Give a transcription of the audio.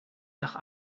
nach